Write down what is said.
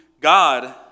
God